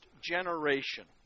Generation